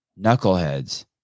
knuckleheads